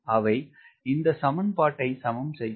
அவை இந்த சமன்பாடை சமன் செய்யும்